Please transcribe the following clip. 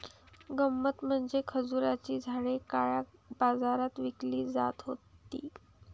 गंमत म्हणजे खजुराची झाडे काळ्या बाजारात विकली जात होती